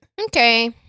Okay